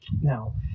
Now